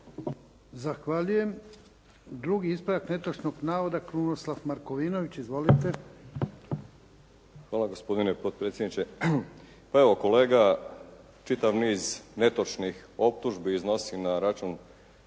Zahvaljujem. Drugi ispravak netočnog navoda, Krunoslav Markovinović. Izvolite. **Markovinović, Krunoslav (HDZ)** Hvala gospodine potpredsjedniče. Pa evo kolega čitav niz netočnih optužbi iznosi na račun